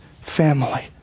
family